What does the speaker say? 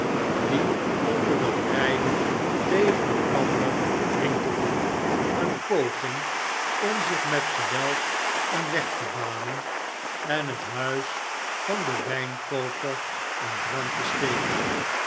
die onder het rijden tegen elkander rinkelden eene poging om zich met geweld een weg te banen en het huis van den wijnkooper in brand te steken